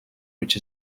which